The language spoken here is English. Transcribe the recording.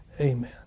Amen